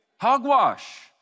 Hogwash